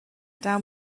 down